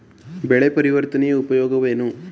ಬೆಳೆ ಪರಿವರ್ತನೆಯ ಉಪಯೋಗವೇನು?